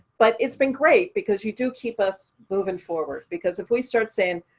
but it's been great because you do keep us moving forward. because if we start saying,